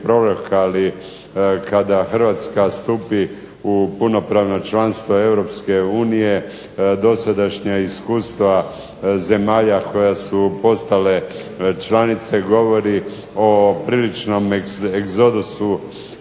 ali kada Hrvatska stupi u punopravno članstvo EU dosadašnja iskustava zemalja koja su postale članice govori o priličnom egzodusu